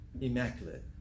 immaculate